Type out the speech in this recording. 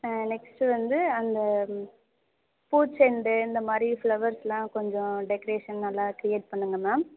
next வந்து அந்த பூச்செண்டு இந்தமாதிரி ஃப்ளவர்ஸ்லாம் கொஞ்சம் டெக்கரேஷன் நல்லா க்ரியேட் பண்ணுங்க மேம்